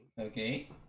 okay